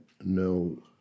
no